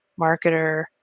marketer